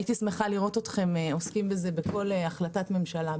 הייתי שמחה לראות אתכם עוסקים בזה בכל החלטת ממשלה,